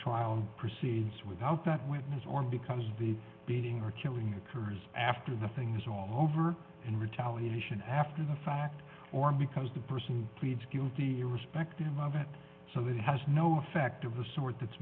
trial proceeds without that witness or because the beating or killing occurs after the thing was all over and retaliation after the fact or because the person pleads guilty respected him of it so that he has no effect of the sort that's